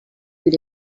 with